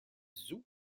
zhou